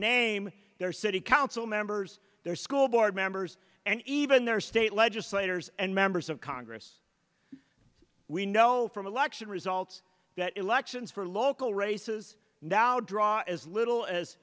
name their city council members their school board members and even their state legislators and members of congress we know from election results that elections for local races now draw as little as